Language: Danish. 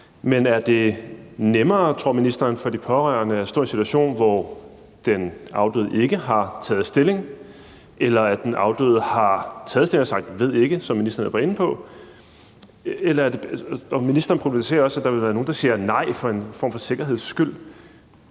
Men er det nemmere, tror ministeren, for de pårørende at stå i en situation, hvor den afdøde ikke har taget stilling, eller hvor den afdøde har taget stilling og har sagt ved ikke, som ministeren var inde på? Ministeren problematiserer også, at der vil være nogle, der siger nej som en form for for en sikkerheds skyld,